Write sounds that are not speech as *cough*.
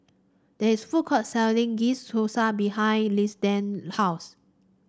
there is food court selling Ghee's Thosai behind *unintelligible* house